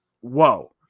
whoa